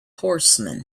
horsemen